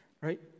Right